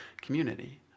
community